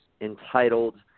entitled